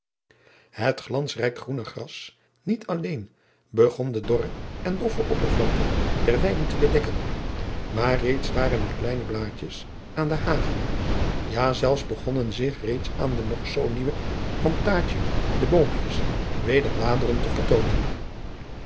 et glansrijk groene gras niet alleen begon de dorre en doffe oppervlakte der weiden te bedekken maar reeds waren er kleine blaadjes aan de hagen ja zelfs begonnen zich reeds aan de nog zoo nieuwe plantaadje de oompjes weder bladeren te vertoonen